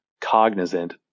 cognizant